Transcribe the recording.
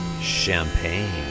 champagne